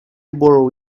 borrow